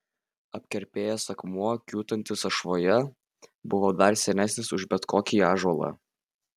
apkerpėjęs akmuo kiūtantis ašvoje buvo dar senesnis už bet kokį ąžuolą